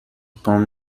پام